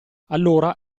allora